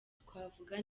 twavuga